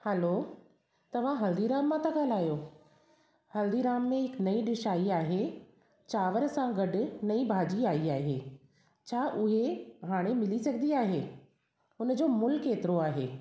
हलो तव्हां हल्दीराम मां था ॻाल्हायो हल्दीराम में हिक नईं डिश आई आहे चांवर सां गॾु नईं भाॼी आई आहे छा उहे हाणे मिली सघंदी आहे उनजो मूल केतिरो आहे